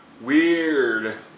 Weird